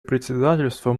председательство